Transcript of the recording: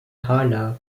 hala